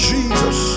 Jesus